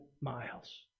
miles